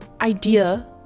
idea